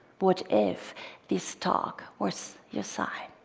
what if this talk was your sign?